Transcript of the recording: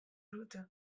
rûte